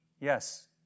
Yes